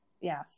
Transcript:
yes